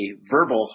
verbal